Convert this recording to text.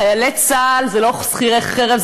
חיילי צה"ל הם לא שכירי חרב,